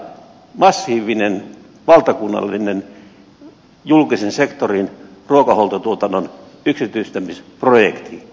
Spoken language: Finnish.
tämä on laaja massiivinen valtakunnallinen julkisen sektorin ruokahuoltotuotannon yksityistämisprojekti